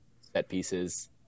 set-pieces